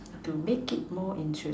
to make it more interesting